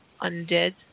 undead